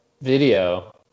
video